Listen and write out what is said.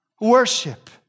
worship